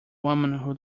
woman